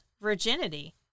virginity